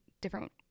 different